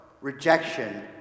rejection